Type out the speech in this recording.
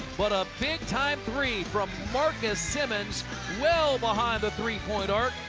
but a big time three from marcus simmons well behind the three-point arc.